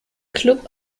club